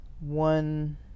one